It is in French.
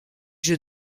jeu